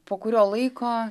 po kurio laiko